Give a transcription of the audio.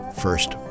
first